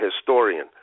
historian